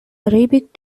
arabic